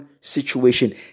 situation